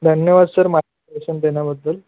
धन्यवाद सर मार्गदर्शन देण्याबद्दल